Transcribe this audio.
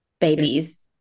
babies